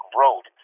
road